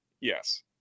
yes